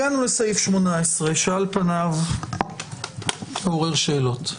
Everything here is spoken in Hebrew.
הגענו לסעיף 18 שעל פניו עורר שאלות,